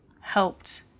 helped